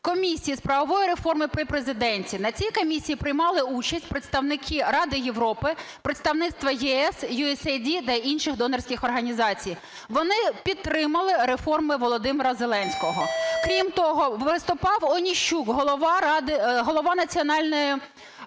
Комісії з правової реформи при Президенті. На цій комісії приймали участь представники Ради Європи, Представництва ЄС, USAID та інших донорських організацій. Вони підтримали реформи Володимира Зеленського. Крім того, виступав Оніщук, голова Національної